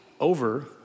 over